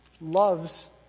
loves